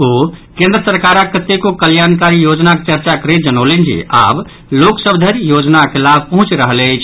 ओ केन्द्र सरकारक कतेको कल्याणकारी योजनाक चर्चा करैत जनौलनि जे आब लोकसभक धरि योजनाक लाभ पहुंचि रहल अछि